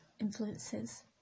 influences